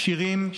כשירים,